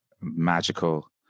magical